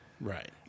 Right